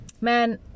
Man